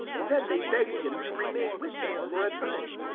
then they begged him to remain with them for a time.